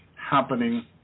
happening